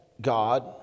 God